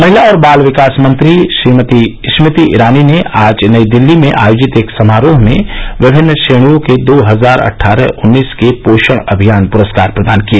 महिला और बाल विकास मंत्री स्मृति ईरानी ने आज नई दिल्ली में आयोजित एक समारोह में विभिन्न श्रेणियों के लिए दो हजार अट्ठारह उन्नीस के पोषण अभियान पुरस्कार प्रदान किए